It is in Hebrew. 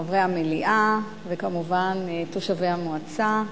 חברי המליאה וכמובן תושבי המועצה,